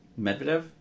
Medvedev